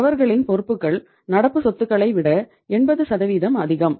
அவர்களின் பொறுப்புகள் நடப்பு சொத்துக்களை விட 80 அதிகம்